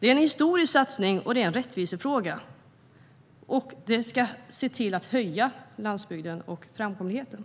Det är en rättvisefråga. Denna historiska satsning ska höja landsbygden och framkomligheten.